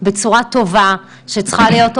אנחנו נביא גם פתרונות שלנו שאותם אנחנו נקדם